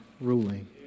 ruling